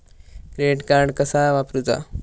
Credit card कसा वापरूचा?